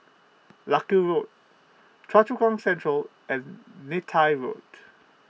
Larkhill Road Choa Chu Kang Central and Neythai Road